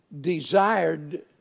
desired